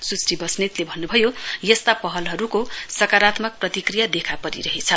सुश्री बस्नेतले भन्नुभयो यस्ता पहलहरूले सकारात्मक प्रतिक्रिया देखापरिरहेछ